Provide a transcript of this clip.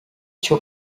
cyo